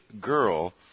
girl